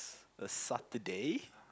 a Saturday